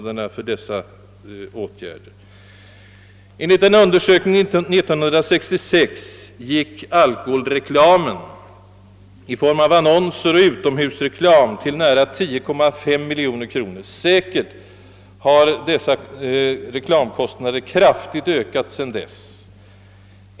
Enligt en undersökning år 1966 kostade alkoholreklamen i form av annonser och utomhusreklam nära 10,5 miljoner kronor. Säkerligen har dessa reklamkostnader kraftigt ökat sedan dess.